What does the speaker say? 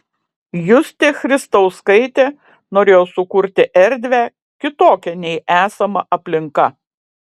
justė christauskaitė norėjo sukurti erdvę kitokią nei esama aplinka